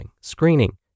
screening